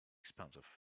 expensive